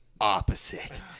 Opposite